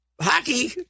Hockey